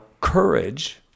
courage